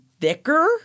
thicker